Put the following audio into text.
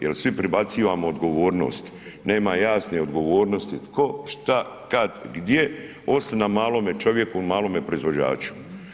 Jel svi pribacivamo odgovornost, nema jasne odgovornosti, tko, šta, kad, gdje, osim na malome čovjeku, malome proizvođaču.